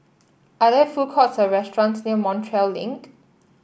are there food courts or restaurants near Montreal Link